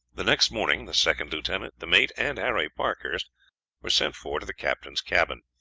the next morning the second lieutenant, the mate, and harry parkhurst were sent for to the captain's cabin.